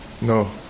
No